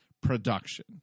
production